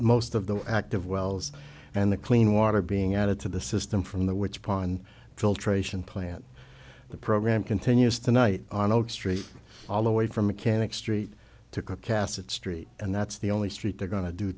most of the active wells and the clean water being added to the system from the which pond filtration plant the program continues tonight on old street all the way from mechanic street to cook cassatt street and that's the only street they're go